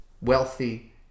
wealthy